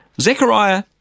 Zechariah